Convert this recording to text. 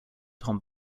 tom